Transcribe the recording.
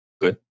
good